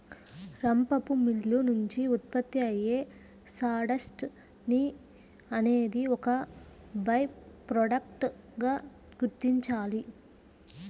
రంపపు మిల్లు నుంచి ఉత్పత్తి అయ్యే సాడస్ట్ ని అనేది ఒక బై ప్రొడక్ట్ గా గుర్తించాలి